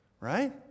right